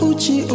Uchi